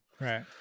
Right